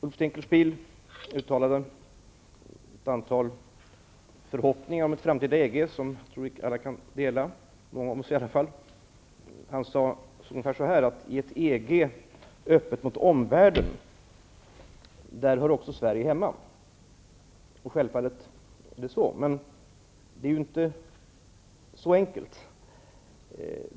Ulf Dinkelspiel uttalade ett antal förhoppningar om ett framtida EG som jag tror vi alla kan dela. Han sade att i ett EG öppet mot omvärlden hör också Sverige hemma. Självfallet är det så. Men det är inte så enkelt.